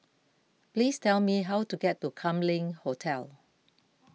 please tell me how to get to Kam Leng Hotel